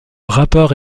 rapport